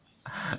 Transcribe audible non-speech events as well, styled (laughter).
(laughs)